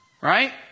Right